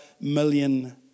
million